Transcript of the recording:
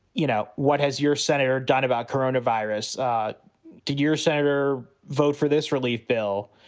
you know, what has your senator done about corona virus to your senator vote for this relief bill?